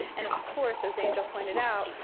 and of course, as angel pointed out,